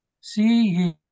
See